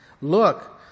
Look